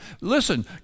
Listen